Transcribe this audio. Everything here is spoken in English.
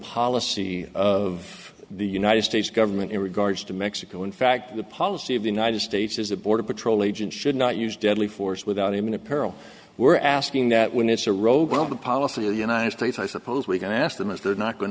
policy of the united states government in regards to mexico in fact the policy of the united states is a border patrol agent should not use deadly force without even a peril we're asking that when it's a rogue of the policy of the united states i suppose we can ask them if they're not going